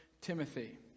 Timothy